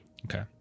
Okay